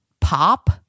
pop